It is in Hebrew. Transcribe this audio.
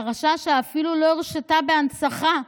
פרשה שאפילו לא הורשתה בהנצחה.